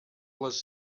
les